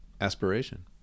aspiration